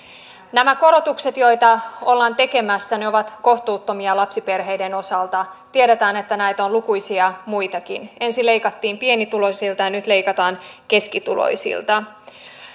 nämä korotukset joita ollaan tekemässä ovat kohtuuttomia lapsiperheiden osalta tiedetään että näitä on lukuisia muitakin ensin leikattiin pienituloisilta ja nyt leikataan keskituloisilta